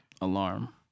Alarm